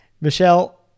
Michelle